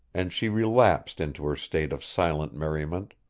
and she relapsed into her state of silent merriment.